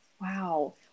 Wow